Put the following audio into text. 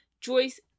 Joyce